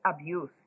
abuse